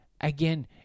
again